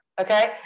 okay